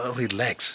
relax